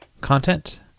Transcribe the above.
content